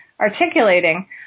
articulating